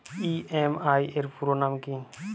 EMI এর পুরোনাম কী?